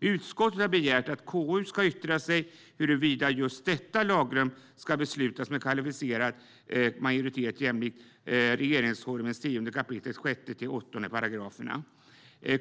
Utskottet har begärt att KU ska yttra sig om huruvida just detta lagrum ska beslutas med kvalificerad majoritet, jämlikt regeringsformens 10 kap. 6-8 §§.